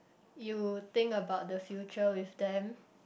you think about the future with them